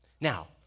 Now